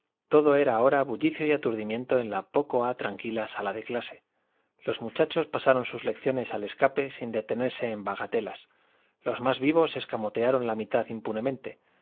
todo era ahora bullicio y aturdimiento en la poco ha tranquila sala de clase los muchachos pasaron sus lecciones al escape sin detenerse en bagatelas los más vivos escamotearon la mitad impunemente